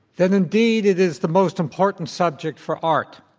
then indeed it is the most important subject for art.